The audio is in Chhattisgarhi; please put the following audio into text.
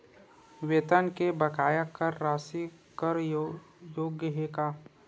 वेतन के बकाया कर राशि कर योग्य हे का?